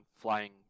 flying